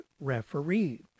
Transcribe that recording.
referee